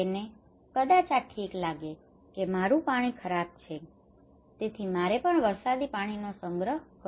તેને કદાચ આ ઠીક લાગે કે મારું પાણી ખરાબ છે તેથી મારે પણ વરસાદી પાણીનો સંગ્રહ કરવો જોઈએ